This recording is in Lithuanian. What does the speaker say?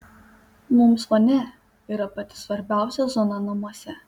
mums vonia yra pati svarbiausia zona namuose